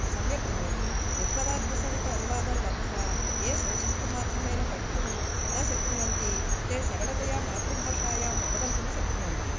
सम्यक् भवति प्रतिपदार्थसहित अनुवादं लब्ध्वा ये संस्कृतमाध्यमेन पठितुं न शक्नुवन्ति ते सरलतया मातृभाषायाम् अवगन्तुं शक्नुवन्ति